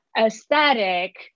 aesthetic